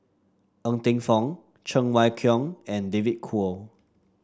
Ng Teng Fong Cheng Wai Keung and David Kwo